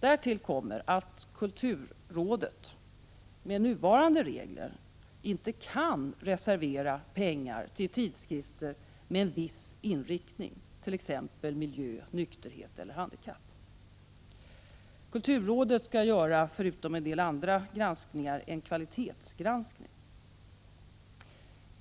Därtill kommer att kulturrådet med nuvarande regler inte kan reservera pengar till tidskrifter med en viss inriktning, t.ex. miljö, nykterhet eller handikapp. Kulturrådet skall förutom en del andra granskningar också göra en kvalitetsgranskning.